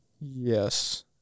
Yes